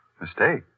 Mistake